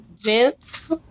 gents